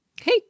Hey